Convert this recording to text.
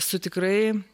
su tikrai